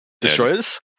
destroyers